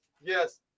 yes